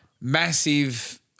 massive